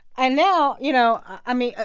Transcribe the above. and now, you know, i mean,